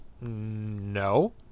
no